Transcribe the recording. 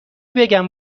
بگم